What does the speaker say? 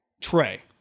Trey